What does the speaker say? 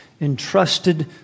Entrusted